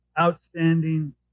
outstanding